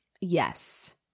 Yes